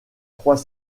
trois